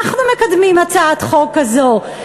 אנחנו מקדמים הצעת חוק כזאת.